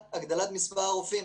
מבינים את הצורך בהגדלת מספר הרופאים,